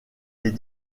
les